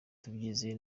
tubyizeye